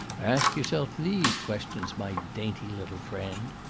ask yourself these questions, my dainty little friend!